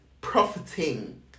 profiting